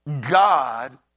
God